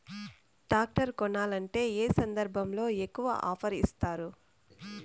Tractor కొనాలంటే ఏ సందర్భంలో ఎక్కువగా ఆఫర్ ఇస్తారు?